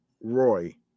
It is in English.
roy